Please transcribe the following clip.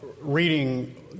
reading